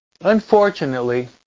unfortunately